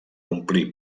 omplir